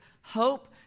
hope